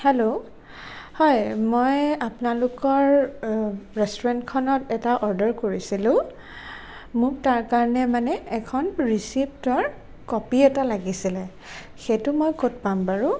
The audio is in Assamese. হেল্ল' হয় মই আপোনালোকৰ ৰেষ্টোৰেণ্টখনত এটা অৰ্ডাৰ কৰিছিলোঁ মোক তাৰ কাৰণে মানে এখন ৰিশ্বিপ্টৰ কপি এটা লাগিছিলে সেইটো মই ক'ত পাম বাৰু